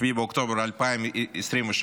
7 באוקטובר 2023,